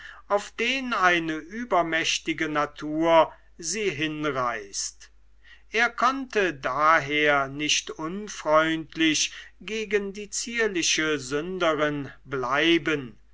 auf den eine übermächtige natur sie hinreißt er konnte daher nicht unfreundlich gegen die zierliche sünderin bleiben